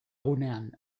gunean